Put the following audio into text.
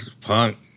punk